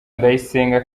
ndayisenga